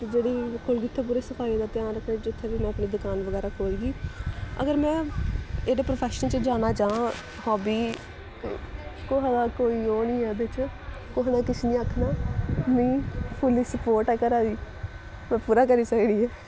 ते जेह्ड़ी कोई उत्थै पूरी सफाई दा ध्यान रक्खनी जित्थै बी में अपनी दकान बगैरा खोह्लगी अगर में एह्कड़े प्रोफैशन च जाना चांह् हाबी कुसा दा कोई ओह् निं ऐ ओह्दे च कुसा दा किश निं आक्खना मि फुली सपोर्ट ऐ घरै दी में पूरा करी सकदी ऐ